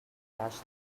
cash